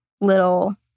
little